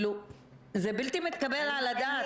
זה בלתי מתקבל על הדעת.